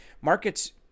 markets